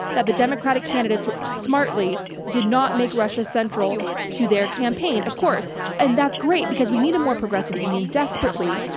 that the democratic candidates smartly did not make russia central to their campaign, of course. and that's great because we need a more progressive union desperately,